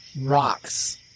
Rocks